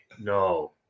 no